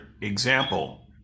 example